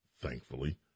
thankfully